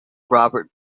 robert